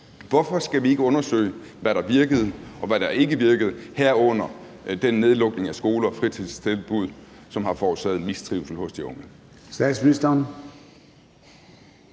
Hvorfor skal vi ikke undersøge, hvad der virkede, og hvad der ikke virkede, herunder den nedlukning af skoler og fritidstilbud, som har forårsaget mistrivsel hos de unge?